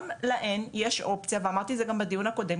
גם להן יש אופציה ואמרתי את זה גם בדיון הקודם,